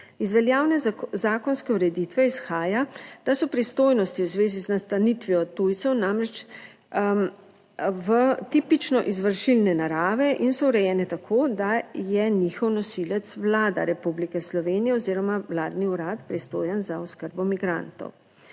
Iz veljavne zakonske ureditve izhaja, da so pristojnosti v zvezi z nastanitvijo tujcev namreč v tipično izvršilne narave in so urejene tako, da je njihov nosilec Vlada Republike Slovenije oziroma vladni urad, pristojen za oskrbo migrantov.